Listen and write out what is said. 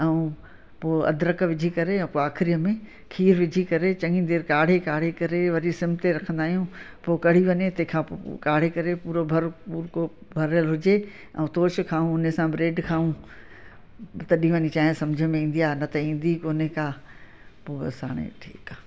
ऐं पोइ अदरक विझी करे पोइ आखिरीअ में खीर विझी करे चङी देरि काढ़े काढ़े करे वरी सिम ते रखंदा आहियूं पोइ कढ़ी वञे तंहिंखां पोइ काढ़े करे पूरो भरियल हुजे ऐं तोश खाऊं उनसां ब्रैड खाऊं तडहिं वञी चाय सम्झि में ईंदी आहे न त ईंदी ई कोन्हे का पोइ बसि हाणे ठीकु आहे